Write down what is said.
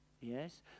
Yes